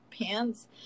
pants